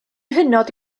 hynod